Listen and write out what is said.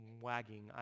wagging